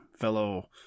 fellow